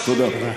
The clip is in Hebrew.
תודה רבה.